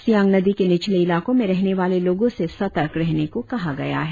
सियांग नदी के निचले इलाकों में रहने वाले लोगों से सतर्क रहने को कहा गया है